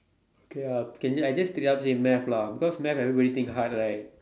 K lah can just I just did it up say math lah because math everybody think hard right